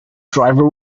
driver